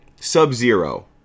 Sub-Zero